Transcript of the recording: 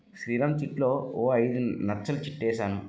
శ్రీరామ్ చిట్లో ఓ ఐదు నచ్చలు చిట్ ఏసాను